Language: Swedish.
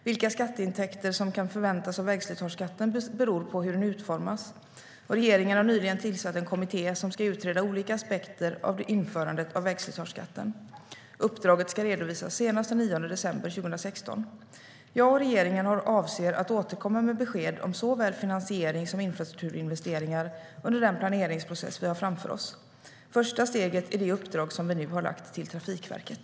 Vilka skatteintäkter som kan förväntas av vägslitageskatten beror på hur den utformas. Regeringen har nyligen tillsatt en kommitté som ska utreda olika aspekter av införandet av vägslitageskatten. Uppdraget ska redovisas senast den 9 december 2016. Jag och regeringen avser att återkomma med besked om såväl finansiering som infrastrukturinvesteringar under den planeringsprocess vi har framför oss. Första steget är det uppdrag vi nu har gett till Trafikverket.